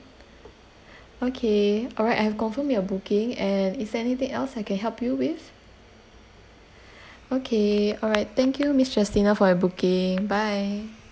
okay all right I have confirmed your booking and is there anything else I can help you with okay all right thank you miss justina for your booking bye